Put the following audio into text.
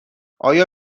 آیا